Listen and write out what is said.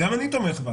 גם אני תומך בה.